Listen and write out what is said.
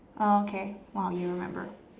oh okay !wow! you remember